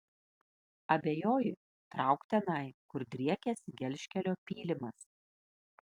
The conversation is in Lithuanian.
abejoji trauk tenai kur driekiasi gelžkelio pylimas